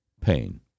pain